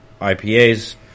IPAs